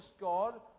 God